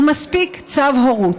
ומספיק צו הורות.